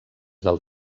del